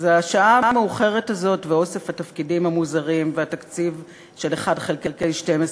אז השעה המאוחרת הזאת ואוסף התפקידים המוזרים והתקציב של 1 חלקי 12,